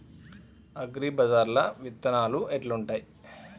అగ్రిబజార్ల విత్తనాలు ఎట్లుంటయ్?